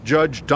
Judge